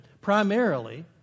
primarily